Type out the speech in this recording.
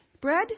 Bread